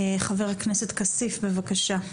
חבר הכנסת כסיף, בבקשה.